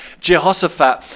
Jehoshaphat